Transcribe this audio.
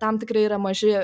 tam tikri yra maži